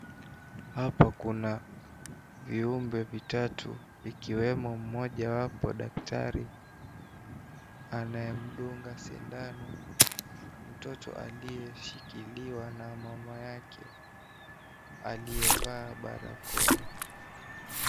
Hapa kuna viumbe vitatu, ikiwemo mmoja wapo, daktari anayemdunga sindano mtoto aliyeshikiliwa na mama yake aliyevaa barakoa.